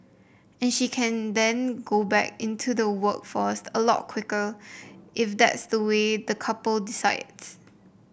and she can then go back into the workforce a lot quicker if that's the way the couple decides